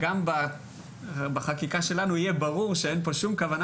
גם בחקיקה שלנו יהיה ברור שאין כוונה